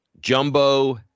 jumbo